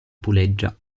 puleggia